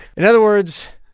in other words,